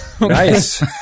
Nice